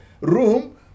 room